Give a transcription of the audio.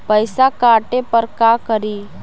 पैसा काटे पर का करि?